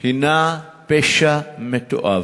היא פשע מתועב.